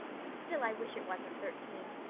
but still i wish it wasn't thirteen.